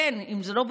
נא לסיים.